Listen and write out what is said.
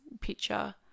picture